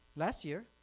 last year